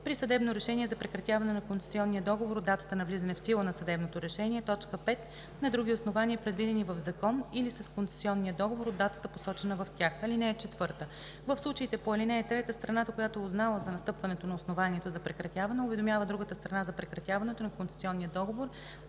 при съдебно решение за прекратяване на концесионния договор – от датата на влизане в сила на съдебното решение; 5. на други основания, предвидени в закон или с концесионния договор – от датата, посочена в тях. (4) В случаите по ал. 3 страната, която е узнала за настъпването на основанието за прекратяване, уведомява другата страна за прекратяването на концесионния договор